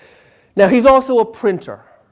now he's also a printer,